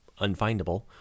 unfindable